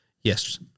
Yes